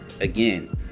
again